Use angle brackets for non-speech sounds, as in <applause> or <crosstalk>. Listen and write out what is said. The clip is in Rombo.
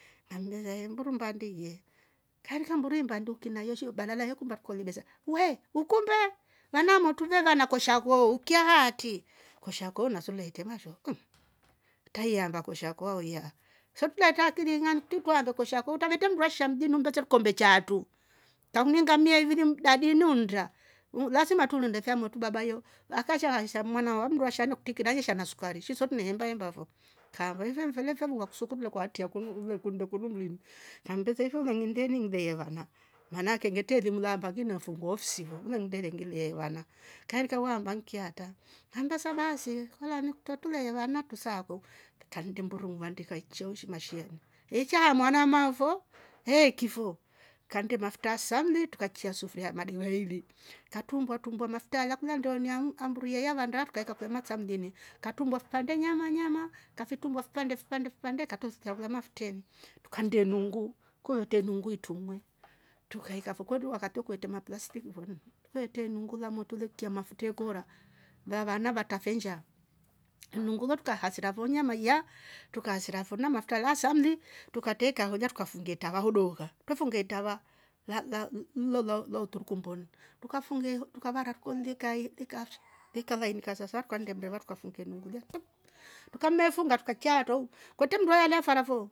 Mburu nngavandi ye kaindika mmburu ingvandi ukinayo sho badala yekumba truka kolye besa we! Ukumbe vana amotru vevaa na kwasha koo ukyaa haatri. kwasha koo na so twa etrema sho mmm! Traiamba kwasha koo wauya nso trulatre akili ing'ani kutri tuaambe kwasha koo utraveta mnndu asha mjini ummbese kikombe chaaatru kakuininga mia ivili la linu ndra lasma truinde kamotru baba yo akasha mwana aah mndru asha na kutri nalesha na sukari shi so trune hemba hemba fo kaamba ife mfele fe wa kusukulia ukaatria kunu ulekundi kunu kriri kammbesa ife ulengaambia ini ngieve eva manake ngetre elimu aamba nginnefungua ofsi fo ngile nguindelie ngiveelie vana. kaindika wamba ngiiki atra kambesa baasi kama nikutro lee vaana trusaakue kannde mburu nvandi kaichyahoshi mashiru echyaamwana aammaafo heeki fo kanne mafutra aha samli trukachiya sufria ah amdeve aili katrumbwa trumbwa mafutra alya kulyaa ndooni ah mburu ilya avanda trukailya kulya masamlini katrumbwa fipande nyama nyama kafitrumbua fipande fipande fipande katronsila kulya mafutreni trukannde inungu kuvetre inungu litruungwe trukaikafo kodu wakatri wo kuvetre maplastic fo kuveetre nuungu la motru leikya mafutra <hesitation> kora ya vana vatrafe nshaa. Inungu lo truka hasira fo nyama ilya. tuka asira fo na maftra alya a samli trukatra ikaholiya trukafungiia itrava hoo dooka twre fungia itrava la- la uturku tumboni. trukafungi- tukavaara kidonge ike ikatri ikalainika sava sava trukande mreva trukafungia nuungu ilyaki. Trukammeefunga trukaikya aatro kwetre mmndu eyala faraa fo